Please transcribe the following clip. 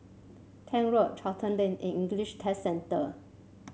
Tank Road Charlton Lane and English Test Centre